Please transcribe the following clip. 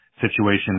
situation